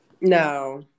no